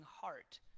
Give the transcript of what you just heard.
heart